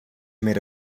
made